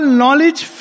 knowledge